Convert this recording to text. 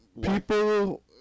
people